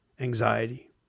Anxiety